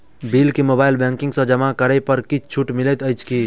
Bill केँ mobile banking सँ जमा करै पर किछ छुटो मिलैत अछि की?